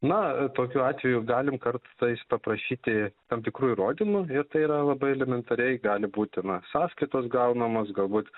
na tokiu atveju galim kartais paprašyti tam tikrų įrodymų ir tai yra labai elementariai gali būti na sąskaitos gaunamos galbūt